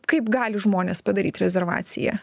kaip gali žmonės padaryt rezervaciją